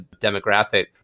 demographic